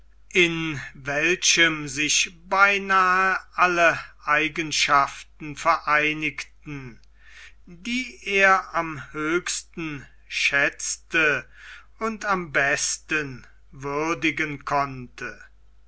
in welchem sich beinahe alle eigenschaften vereinigten die er am höchsten schätzte und am besten würdigen konnte